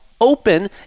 open